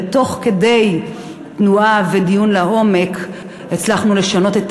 ותוך כדי תנועה ודיון לעומק הצלחנו לשנות את